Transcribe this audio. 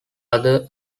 other